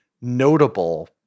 notable